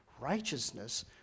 Righteousness